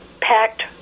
packed